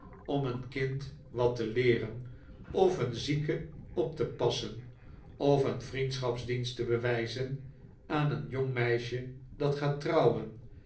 om een kind wat te leeren of een zieke op te passen of een vriendschapsdienst te bewijzen aan een jong meisje dat gaat trouwen